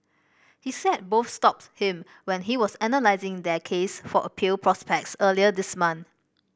he said both stopped him when he was analysing their case for appeal prospects earlier this month